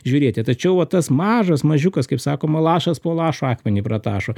žiūrėti tačiau va tas mažas mažiukas kaip sakoma lašas po lašo akmenį pratašo